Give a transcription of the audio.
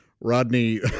Rodney